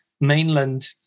mainland